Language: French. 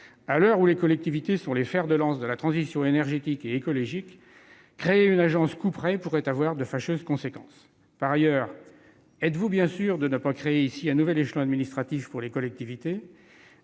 À l'heure où les collectivités sont les fers de lance de la transition énergétique et écologique, créer une agence couperet pourrait avoir de fâcheuses conséquences. Par ailleurs, êtes-vous bien sûr de ne pas créer ici un nouvel échelon administratif pour les collectivités ?